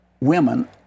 women